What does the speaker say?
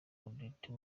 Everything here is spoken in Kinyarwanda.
odette